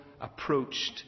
approached